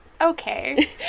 Okay